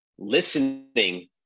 listening